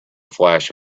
flash